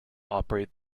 operate